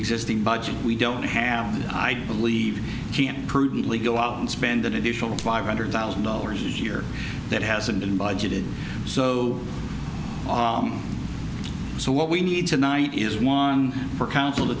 existing budget we don't have i believe prudently go out and spend an additional five hundred thousand dollars each year that hasn't been budgeted so so what we need tonight is one for council to